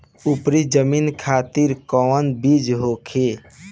उपरी जमीन खातिर कौन बीज होखे?